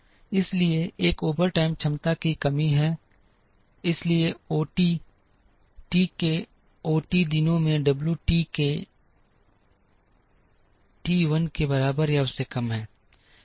इसी तरह एक ओवरटाइम क्षमता की कमी है इसलिए ओटी टी के ओटी दिनों में डब्ल्यू के टी 1 के बराबर या उससे कम है